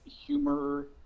humor